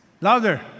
Louder